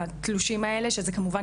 התלושים האלה שזה כמובן,